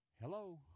Hello